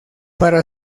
para